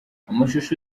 amashusho